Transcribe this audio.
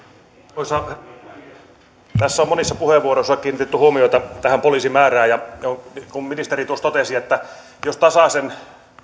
arvoisa puhemies monissa puheenvuoroissa on kiinnitetty huomiota poliisien määrään ja kun ministeri tuossa totesi että jos mennään tasaisen